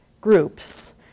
groups